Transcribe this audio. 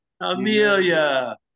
Amelia